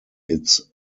its